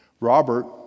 Robert